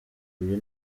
uyu